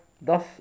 thus